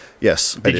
yes